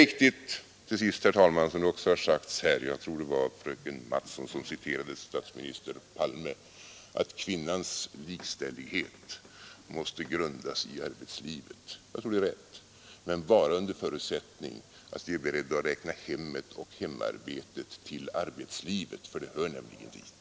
Jag vill till sist säga, herr talman, att det är riktigt som det har sagts här — jag tror det var fröken Mattson som citerade statsminister Palme — att kvinnans likställighet måste grundas i arbetslivet. Jag tror som sagt att det är rätt, men bara under förutsättning att vi är beredda att räkna hemmet och hemarbetet till arbetslivet, för det hör dit.